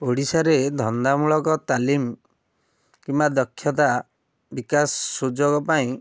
ଓଡ଼ିଶାରେ ଧନ୍ଦାମୂଳକ ତାଲିମ କିମ୍ବା ଦକ୍ଷତା ବିକାଶ ସୁଯୋଗ ପାଇଁ